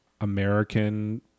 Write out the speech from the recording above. American